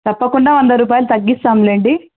తప్పకుండా వంద రూపాయలు తగ్గిస్తాం లేండి